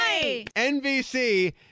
NBC